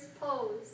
pose